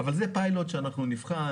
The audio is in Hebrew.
אבל זה פיילוט שאנחנו נבחן,